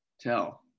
tell